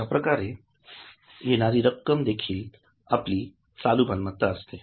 अश्या प्रकारे येणारी रक्कम देखील आपली चालू मालमत्ता असते